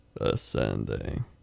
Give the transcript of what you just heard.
ascending